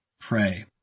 Pray